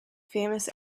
famous